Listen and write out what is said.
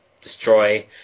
destroy